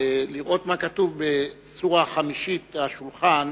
לראות מה כתוב בסורה החמישית, "השולחן",